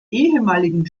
ehemaligen